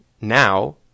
now